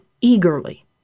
eagerly